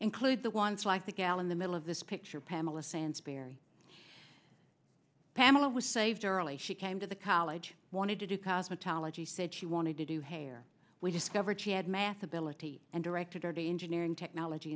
include the ones like the gal in the middle of this picture pamela sansbury pamela was saved early she came to the college wanted to do cosmetology said she wanted to do hair we discovered she had math ability and directed her to engineering technology